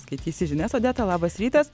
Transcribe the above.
skaitysi žinias odeta labas rytas